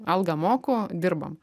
algą moku dirbam